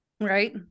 right